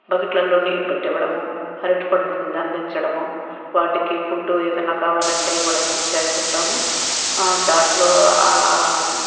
బకెట్లల్లో నీళ్ళు పెట్టి ఇవ్వడము అరటిపండ్లు అందించడమో వాటికి ఫుడ్డు ఏదన్నా కావాలంటే ఇవ్వడమో చేస్తుంటాము దాంట్లో